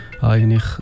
eigentlich